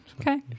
Okay